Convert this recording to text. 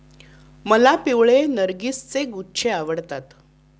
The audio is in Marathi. मला पिवळे नर्गिसचे गुच्छे आवडतात